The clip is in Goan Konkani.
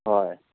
हय